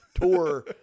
tour